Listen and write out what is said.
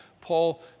Paul